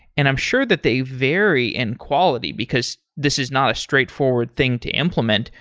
and i'm sure that they vary in quality, because this is not a straightforward thing to implement.